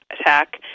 attack